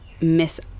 miss